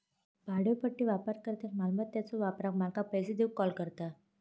भाड्योपट्टी वापरकर्त्याक मालमत्याच्यो वापराक मालकाक पैसो देऊक कॉल करता